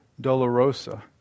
dolorosa